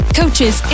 coaches